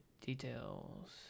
details